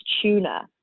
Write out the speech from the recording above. tuna